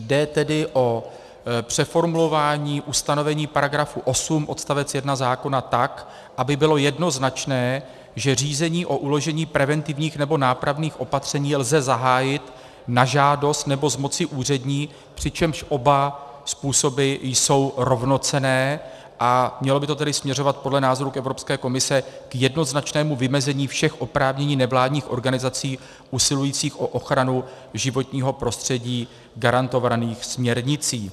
Jde tedy o přeformulování ustanovení § 8 odst. 1 zákona tak, aby bylo jednoznačné, že řízení o uložení preventivních nebo nápravných opatření lze zahájit na žádost, nebo z moci úřední, přičemž oba způsoby jsou rovnocenné, a mělo by to tedy směřovat podle názoru Evropské komise k jednoznačnému vymezení všech oprávnění nevládních organizací usilujících o ochranu životního prostředí garantovaných směrnicí.